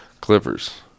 Clippers